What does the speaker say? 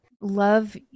love